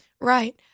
Right